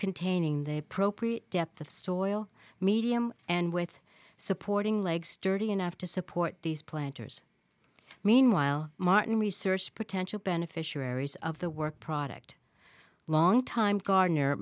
containing the appropriate depth of story medium and with supporting leg sturdy enough to support these planters meanwhile martin research potential beneficiaries of the work product long time gardener